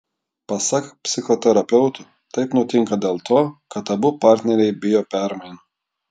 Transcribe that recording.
pasak psichoterapeutų taip nutinka dėl to kad abu partneriai bijo permainų